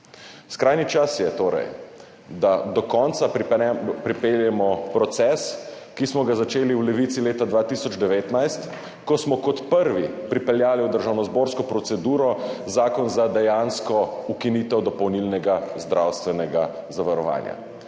Skrajni čas je torej, da do konca pripeljemo proces, ki smo ga začeli v Levici leta 2019, ko smo kot prvi pripeljali v državnozborsko proceduro zakon za dejansko ukinitev dopolnilnega zdravstvenega zavarovanja.